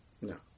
No